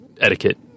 etiquette